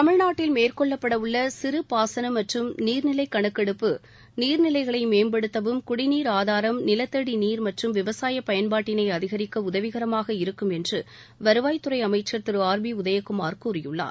தமிழ்நாட்டில் மேற்கொள்ளப்பட உள்ள சிறு பாசனம் மற்றும் நீர்நிலைக் கணக்கெடுப்பு நீர்நிலைகளை மேம்படுத்தவும் குடிநீர் ஆதாரம் நிலத்தடி நீர் மற்றும் விவசாயப் பயன்பாட்டினை அதிகரிக்க உதவிகரமாக இருக்கும் என்று வருவாய்த்துறை அமைச்சர் திரு ஆர் பி உதயகுமார் கூறியிருக்கிறார்